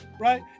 Right